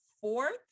fourth